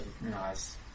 Nice